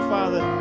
Father